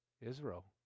Israel